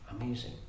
Amazing